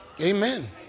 Amen